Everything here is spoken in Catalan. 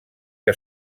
que